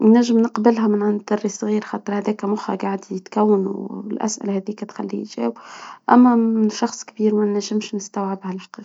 نجم نقبلها من عند الصغير خاطر هداك المخ قاعد يتكون الأسئلة هادي كتخليه يجاوب. اما من شخص كبير منجمش نستوعب على الحقيقة.